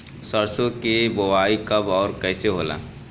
सरसो के बोआई कब और कैसे होला?